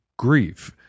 grief